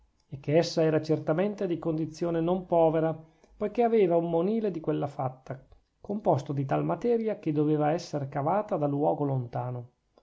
e che essa era certamente di condizione non povera poichè aveva un monile di quella fatta composto di tal materia che doveva esser cavata da luogo lontano